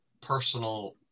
personal